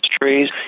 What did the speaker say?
trees